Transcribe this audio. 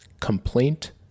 complaint